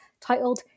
titled